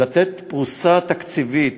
ולתת פרוסה תקציבית,